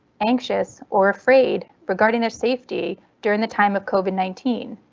anxious or afraid regarding their safety during the time of covid nineteen.